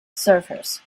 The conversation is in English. surfers